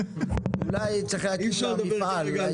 אולי צריך להקים בשבילה מפעל.